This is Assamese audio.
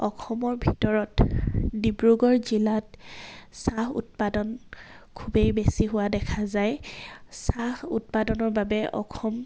অসমৰ ভিতৰত ডিব্ৰুগড় জিলাত চাহ উৎপাদন খুবেই বেছি হোৱা দেখা যায় চাহ উৎপাদনৰ বাবে অসম